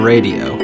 Radio